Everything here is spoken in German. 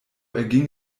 erging